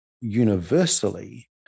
universally